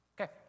Okay